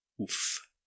Oof